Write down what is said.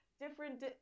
different